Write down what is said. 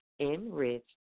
enriched